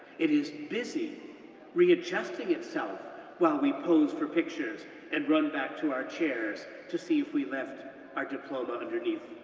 it is busy readjusting itself while we pose for pictures and run back to our chairs to see if we left our diploma underneath.